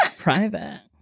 private